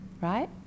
right